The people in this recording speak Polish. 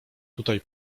tutaj